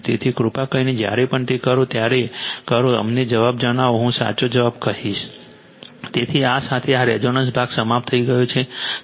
તેથી કૃપા કરીને જ્યારે પણ તે કરો ત્યારે કરો અમને જવાબ જણાવો હું સાચો જવાબ કહીશ તેથી આ સાથે આ રેઝોનન્સ ભાગ સમાપ્ત થઈ ગયો છે